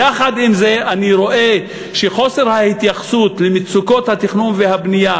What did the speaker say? יחד עם זה אני רואה שחוסר ההתייחסות למצוקות התכנון והבנייה